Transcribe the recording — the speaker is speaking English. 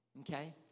Okay